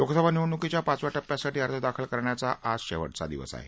लोकसभा निवडणुकीच्या पाचव्या टप्प्यासाठी अर्ज दाखल करण्याचा आज शेवटचा दिवसं आहे